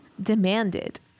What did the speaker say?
demanded